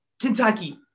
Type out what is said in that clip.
kentucky